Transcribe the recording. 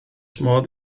modd